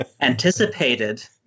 anticipated